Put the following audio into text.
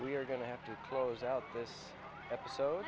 we're going to have to close out this episode